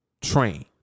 train